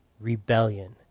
Rebellion